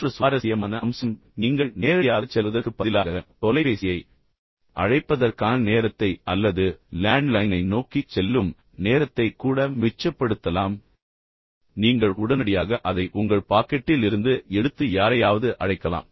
மற்றொரு சுவாரசியமான அம்சம் என்னவென்றால் நீங்கள் நேரடியாகச் செல்வதற்குப் பதிலாக தொலைபேசியை அழைப்பதற்கான நேரத்தை அல்லது லேண்ட் லைனை நோக்கிச் செல்லும் நேரத்தைக் கூட மிச்சப்படுத்தலாம் எனவே நீங்கள் உடனடியாக அதை உங்கள் பாக்கெட்டில் இருந்து எடுத்து யாரையாவது அழைக்கலாம்